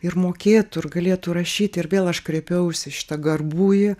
ir mokėtų ir galėtų rašyti ir vėl aš kreipiausi į šitą garbųjį